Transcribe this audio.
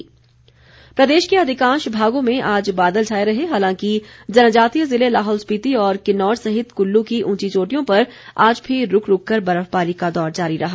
मौसम प्रदेश के अधिकांश भागों में आज बादल छाए रहे हालांकि जनजातीय जिले लाहौल स्पिति और किन्नौर सहित कुल्लू की उंची चोटियों पर आज भी रूक रूक कर बर्फबारी का दौर जारी रहा